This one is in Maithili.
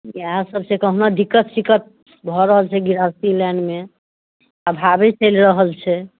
इएह सब छै कहुना दिक्कत सिक्कत भऽ रहल छै गृहस्थि लाइनमे अभावे चलि रहल छै